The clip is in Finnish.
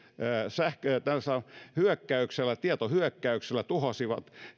sähkö ja tietohyökkäyksellä tietohyökkäyksellä tuhosivat